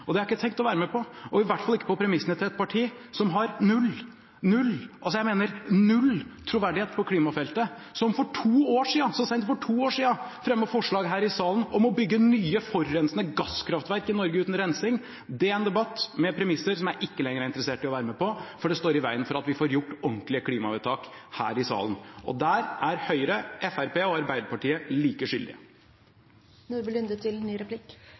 Det har jeg ikke tenkt å være med på, og i hvert fall ikke på premissene til et parti som har null – jeg mener null! – troverdighet på klimafeltet, og som så sent som for to år siden fremmet forslag her i salen om å bygge nye forurensende gasskraftverk i Norge uten rensing. Det er en debatt med premisser jeg ikke er interessert i å være med på, fordi det står i veien for at vi får fattet ordentlige klimavedtak her i salen. Og der er Høyre, Fremskrittspartiet og Arbeiderpartiet like